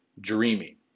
dreaming